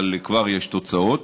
אבל כבר יש תוצאות.